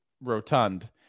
rotund